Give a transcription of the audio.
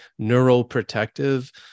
neuroprotective